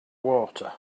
water